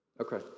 Okay